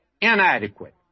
inadequate